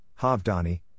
Havdani